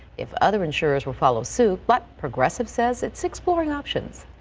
if other insurers will follow suit but progressive says it's exploring options.